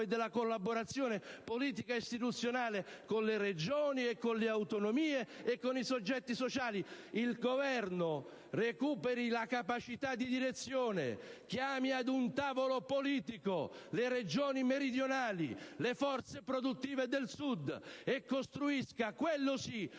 e della collaborazione politica e istituzionale con le Regioni, con le autonomie e con i soggetti sociali. Il Governo recuperi la capacità di direzione, chiami ad un tavolo politico le Regioni meridionali, le forze produttive del Sud e costruisca - quello sì -